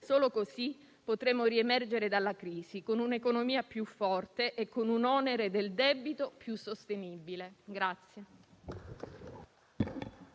Solo così potremo riemergere dalla crisi con un'economia più forte e con un onere del debito più sostenibile.